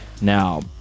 Now